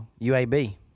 UAB